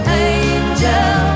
angel